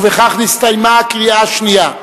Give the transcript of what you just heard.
ובכך נסתיימה הקריאה השנייה.